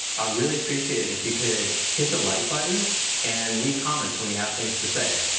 i would really appreciate if you could hit the like button and leave comments when you have things to say,